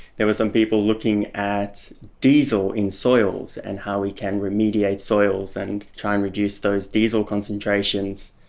there were some people looking at diesel in soils and how we can remediate soils and try and reduce those diesel concentrations.